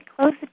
close